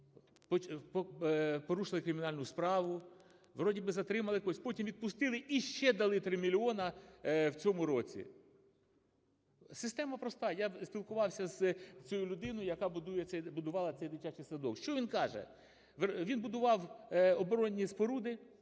порушили кримінальну справу. Вродє би затримали когось, потім відпустили. І ще дали три мільйони в цьому році. Система проста, я спілкувався з цією людиною, яка будувала цей дитячий садок. Що він каже? Він будував оборонні споруди,